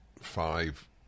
five